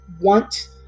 want